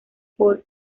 por